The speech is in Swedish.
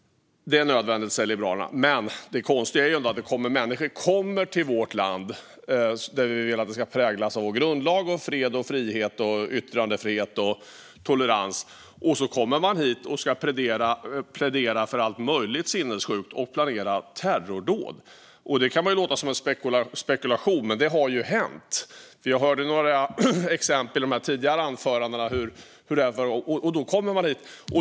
Det är nödvändigt, säger Liberalerna. Men det konstiga är hur det är när det kommer människor till vårt land - som vi vill ska präglas av vår grundlag, fred, frihet, yttrandefrihet och tolerans - som pläderar för allt möjligt sinnessjukt och som planerar terrordåd. Det kan låta som en spekulation, men det har hänt. Vi hörde några exempel i tidigare anföranden.